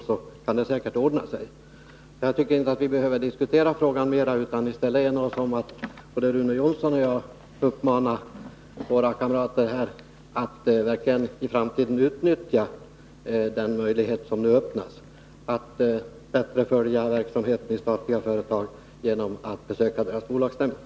Då ordnar det sig säkert. Jag tycker inte att vi behöver diskutera frågan mer nu. I stället kan vi väl enas om att både Rune Jonsson och jag skall uppmana våra kamrater att i framtiden verkligen utnyttja den möjlighet som nu öppnas att bättre följa verksamheten i statliga bolag genom att besöka deras bolagsstämmor.